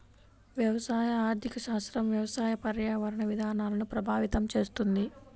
వ్యవసాయ ఆర్థిక శాస్త్రం వ్యవసాయ, పర్యావరణ విధానాలను ప్రభావితం చేస్తుంది